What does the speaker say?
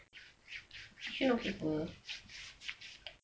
yishun okay [pe]